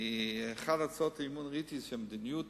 באחת מהצעות האי-אמון ראיתי: המדיניות